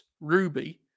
Ruby